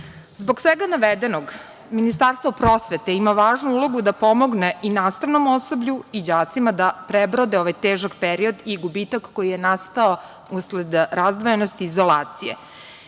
svega navedenog, Ministarstvo prosvete ima važnu ulogu da pomogne i nastavnom osoblju i đacima, da prebrode ovaj težak period i gubitak koji je nastao usled razdvojenosti i izolacije.